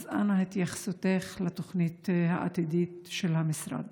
אז אנא התייחסותך לתוכנית העתידית של המשרד.